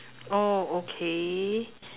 oh okay